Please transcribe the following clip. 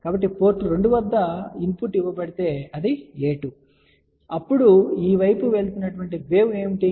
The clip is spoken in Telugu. కాబట్టి పోర్ట్ 2 వద్ద ఇన్పుట్ ఇవ్వబడితే అది a2 అప్పుడు ఈ వైపు వెళ్తున్న వేవ్ ఏమిటి